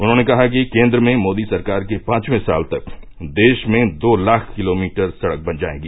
उन्होंने कहा कि केन्द्र में मोदी सरकार के पांचवें साल तक देश में दो लाख किलोमीटर सड़क बन जायेंगी